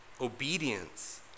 obedience